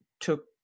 took